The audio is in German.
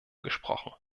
gesprochen